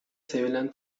sevilen